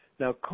Now